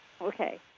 Okay